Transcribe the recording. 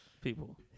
people